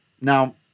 Now